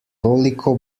toliko